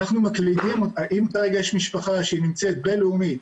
אם כרגע יש משפחה שנמצאת בלאומית